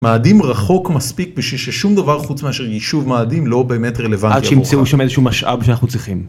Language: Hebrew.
מאדים רחוק מספיק בשביל ששום דבר חוץ מאשר יישוב מאדים לא באמת רלוונטי. עד שימצאו שם איזשהו משאב שאנחנו צריכים